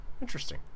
interesting